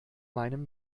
meinem